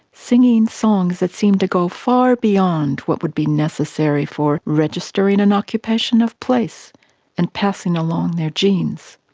singing songs that seem to go far beyond what would be necessary for registering an occupation of place and passing along their genes.